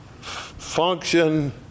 function